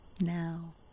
now